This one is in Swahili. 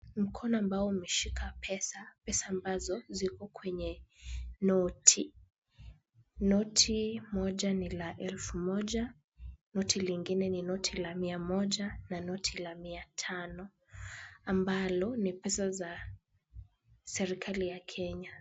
Mkono ambao umeshika pesa, pesa ambazo ziko kwenye noti. Noti moja ni la elfu moja, noti lingine ni noti la mia moja na noti la mia tano ambalo ni pesa za serikali ya Kenya.